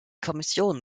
kommission